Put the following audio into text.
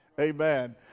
Amen